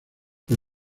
por